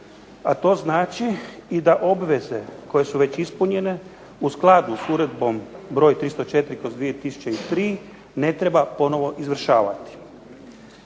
A to znači i da obveze koje su već ispunjene u skladu s Uredbom br. 304/2003. ne treba ponovno izvršavati.